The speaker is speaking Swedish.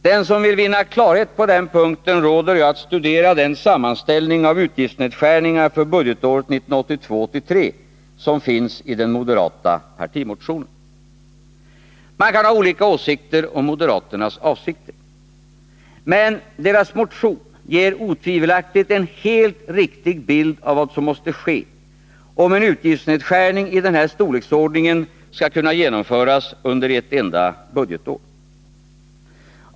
Den som vill vinna klarhet på den punkten råder jag att studera den sammanställning av utgiftsnedskärningar för budgetåret 1982/83 som finns i den moderata partimotionen. Man kan ha olika åsikter om moderaternas avsikter. Men deras motion ger otvivelaktigt en helt riktig bild av vad som måste ske, om en utgiftsnedskärning i den här storleksordningen skall kunna genomföras under ett enda budgetår.